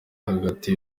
hagati